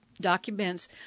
Documents